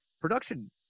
Production